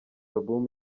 album